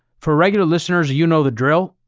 for regular listeners, you know the drill.